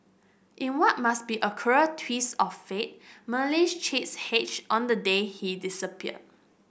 in what must be a cruel twist of fate Marilyn's chicks hatched on the day he disappeared